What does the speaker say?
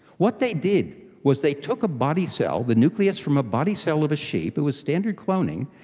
what they did was they took a body cell, the nucleus from a body cell of a sheep, it was standard cloning,